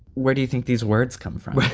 where do you think these words come from?